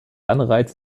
anreize